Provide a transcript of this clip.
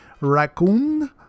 raccoon